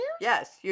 Yes